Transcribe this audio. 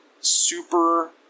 super